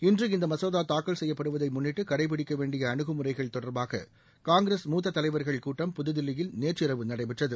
இன்று இந்த மசோதா தாக்கல் செய்யப்படுவதை முன்னிட்டு கடைபிடிக்க வேண்டிய அனுகுமுறைகள் தொடர்பாக காங்கிரஸ் மூத்த தலைவர்கள் கூட்டம் புதுதில்லியில் நேற்றிரவு நடைபெற்றது